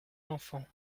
l’enfant